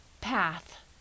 path